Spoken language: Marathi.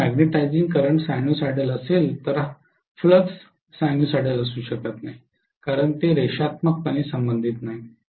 जर मॅग्नेटिझिंग करंट सायनुसॉइडल असेल तर फ्लक्स सिनुसॉइडल असू शकत नाही कारण ते रेषात्मकपणे संबंधित नाहीत